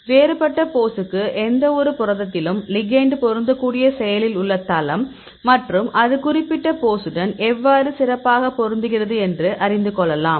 வேறுபட்ட போஸுக்கு எந்தவொரு புரதத்திலும் லிகெண்ட் பொருத்தக்கூடிய செயலில் உள்ள தளம் மற்றும் அது குறிப்பிட்ட போஸுடன் எவ்வாறு சிறப்பாக பொருந்துகிறது என்று அறிந்து கொள்ளலாம்